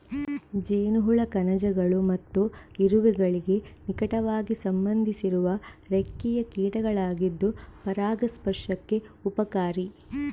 ಜೇನುಹುಳ ಕಣಜಗಳು ಮತ್ತು ಇರುವೆಗಳಿಗೆ ನಿಕಟವಾಗಿ ಸಂಬಂಧಿಸಿರುವ ರೆಕ್ಕೆಯ ಕೀಟಗಳಾಗಿದ್ದು ಪರಾಗಸ್ಪರ್ಶಕ್ಕೆ ಉಪಕಾರಿ